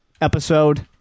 episode